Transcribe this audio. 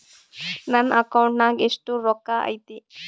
ನನ್ನ ಅಕೌಂಟ್ ನಾಗ ಎಷ್ಟು ರೊಕ್ಕ ಐತಿ?